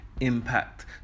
impact